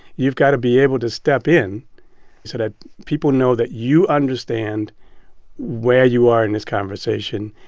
you've got to be able to step in so that people know that you understand where you are in this conversation.